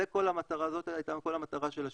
זו הייתה כל המטרה של השקף,